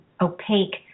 opaque